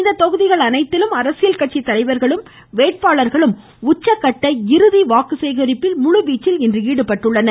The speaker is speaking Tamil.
இத்தொகுதிகள் அனைத்திலும் அரசியல் கட்சித்தலைவர்களும் வேட்பாளர்களும் உச்சக்கட்ட இறுதி வாக்கு சேகரிப்பில் முழுவீச்சில் ஈடுபட்டுள்ளனர்